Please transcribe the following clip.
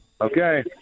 Okay